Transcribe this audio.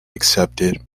accepted